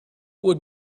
would